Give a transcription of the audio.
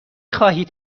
خواهید